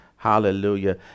Hallelujah